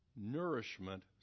nourishment